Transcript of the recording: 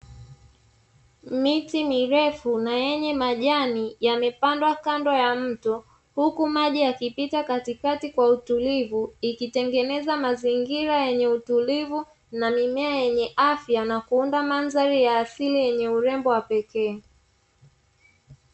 Miti mirefu na yenye majani yamepandwa kando ya mto huku maji yakipita katikati kwa utulivu ikitengeneza mazingira yenye utulivu na mimea yenye afya na kuunda mandhari ya asili yenye urembo wa pekee.